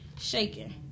shaking